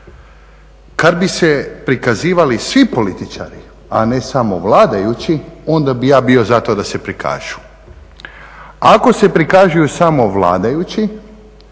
Kad bi se prikazivali svi političari, a ne samo vladajući, onda bi ja bio za to da se prikažu. Ako se prikazuju samo vladajući